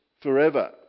forever